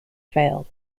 failed